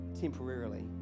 temporarily